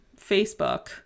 Facebook